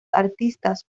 artistas